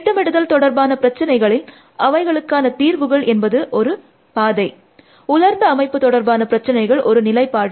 திட்டமிடுதல் தொடர்பான பிரச்சினைகளில் அவைகளுக்கான தீர்வுகள் என்பது ஒரு பாதை உலர்ந்த அமைப்பு தொடர்பான பிரச்சசினைகள் ஒரு நிலைப்பாடு